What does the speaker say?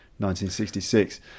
1966